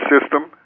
system